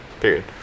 Period